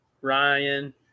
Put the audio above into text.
Ryan